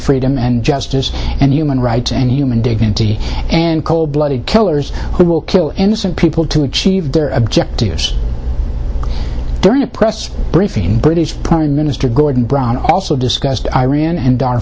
freedom and justice and human rights and human dignity and cold blooded killers who will kill innocent people to achieve their objectives during a press briefing british prime minister gordon brown also discussed iran and